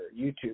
YouTube